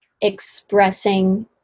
expressing